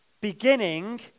beginning